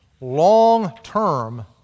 long-term